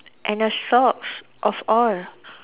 and the socks of all